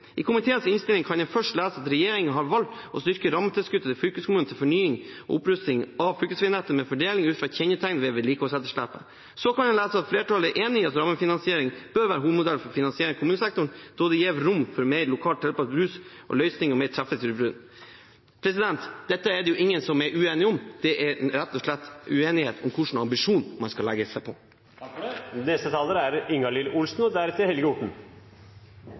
I komiteens innstilling kan en først lese at «regjeringa har vald å styrkje rammetilskotet til fylkeskommunane til fornying og opprusting av fylkesvegnettet med fordeling ut frå kjenneteikn ved vedlikehaldsetterslepet». Videre kan en lese: «Fleirtalet er einige i at rammefinansiering bør vere hovudmodellen for finansiering av kommunesektoren, då det gjev rom for lokalt tilpassa løysingar og meir treffsikker ressursbruk.» Dette er det ingen som er uenig i. Det er rett og slett uenighet om hvilken ambisjon man skal ha. Vi har utfordringer over hele landet knyttet til vedlikehold av fylkesveinettet. Det er